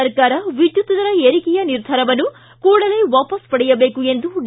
ಸರ್ಕಾರ ವಿದ್ಯುತ್ ದರ ಏರಿಕೆಯ ನಿರ್ಧಾರವನ್ನು ಕೂಡಲೇ ವಾಪಸ್ ಪಡೆಯಬೇಕು ಎಂದು ಡಿ